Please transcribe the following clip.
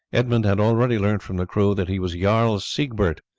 edmund had already learnt from the crew that he was jarl siegbert,